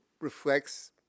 reflects